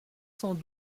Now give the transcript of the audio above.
cent